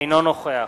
אינו נוכח